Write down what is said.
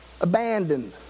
abandoned